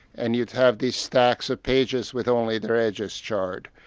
and you'd have these stacks of pages with only their edges charred.